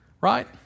right